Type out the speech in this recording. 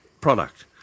product